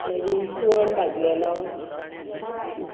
मागी इस्वण भाजलेलो